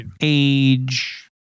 age